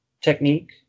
technique